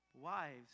Wives